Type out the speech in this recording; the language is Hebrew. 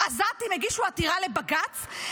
עזתים הגישו עתירה לבג"ץ,